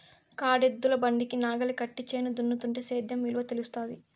కాడెద్దుల బండికి నాగలి కట్టి చేను దున్నుతుంటే సేద్యం విలువ తెలుస్తాది